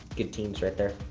good teams right there,